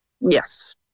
Yes